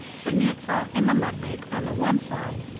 the mirza, and the mudbake on the one side,